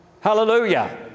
Hallelujah